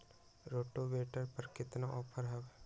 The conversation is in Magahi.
रोटावेटर पर केतना ऑफर हव?